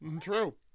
True